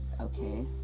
Okay